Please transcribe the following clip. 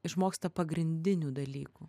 išmoksta pagrindinių dalykų